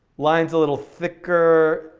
lines a little thicker.